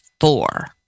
four